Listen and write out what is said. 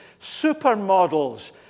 Supermodels